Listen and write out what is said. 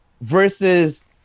versus